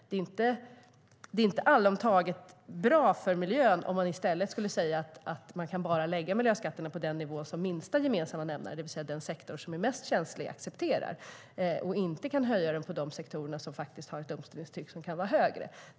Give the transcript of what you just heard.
Det är inte allomtaget bra för miljön om man säger att man bara kan lägga miljöskatterna på den nivå som är den minska gemensamma nämnaren, det vill säga den sektor som är mest känslig, accepterar den nivån och kan inte höja den i de sektorer som kan ha högre omställningstryck.